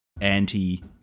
anti